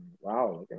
wow